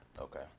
Okay